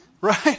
right